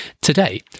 Today